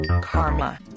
karma